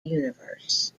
universe